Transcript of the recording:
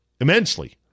immensely